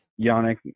Yannick